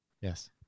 Yes